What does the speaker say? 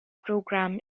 program